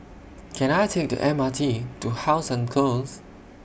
Can I Take The M R T to How Sun Close